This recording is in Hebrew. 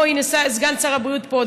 הו, הינה, סגן שר הבריאות פה.